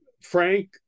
Frank